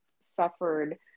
suffered